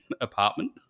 apartment